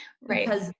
Right